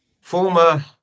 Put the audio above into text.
former